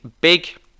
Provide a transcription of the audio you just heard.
Big